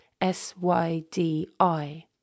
S-Y-D-I